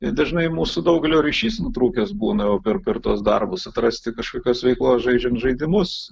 ir dažnai mūsų daugelio ryšys nutrūkęs būna o per per tuos darbus atrasti kažkokios veiklos žaidžiant žaidimus